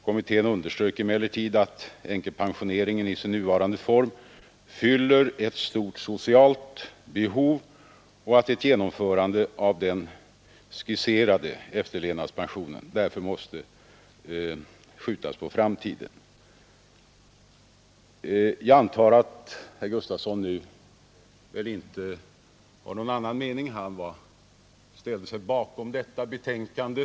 Kommittén underströk emellertid att änkepensioneringen i sin nuvarande form fyller ett stort socialt behov och att ett genomförande av den skisserade efterlevnadspensionen därför måste skjutas på framtiden. Jag antar att herr Gustavsson nu väl inte har någon annan mening. Han ställde sig bakom detta betänkande.